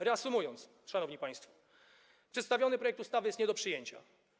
Reasumując, szanowni państwo, przedstawiony projekt ustawy jest nie do przyjęcia.